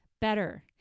better